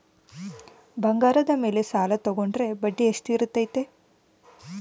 ಬಂಗಾರದ ಮೇಲೆ ಸಾಲ ತೋಗೊಂಡ್ರೆ ಬಡ್ಡಿ ಎಷ್ಟು ಇರ್ತೈತೆ?